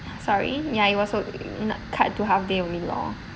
sorry ya it was wo~ cut to half day only lor